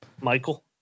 Michael